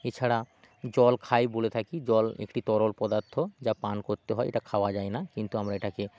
এছাড়া জল খায় বলে থাকি জল একটি তরল পদার্থ যা পান করতে হয় এটা খাওয়া যায় না কিন্তু আমরা এটাকে